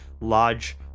large